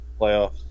playoffs